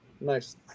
nice